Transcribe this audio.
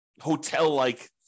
hotel-like